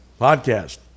Podcast